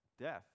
Death